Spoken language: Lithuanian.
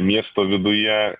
miesto viduje